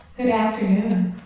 good afternoon.